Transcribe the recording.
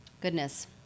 goodness